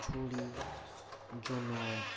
ᱡᱷᱩᱲᱤ ᱡᱚᱱᱚᱜ